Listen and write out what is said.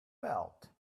belt